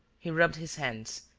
he rubbed his hands,